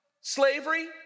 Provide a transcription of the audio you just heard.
slavery